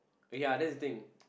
ya that's the thing